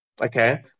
okay